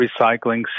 recycling